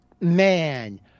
man